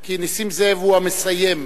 כי נסים זאב הוא המסיים.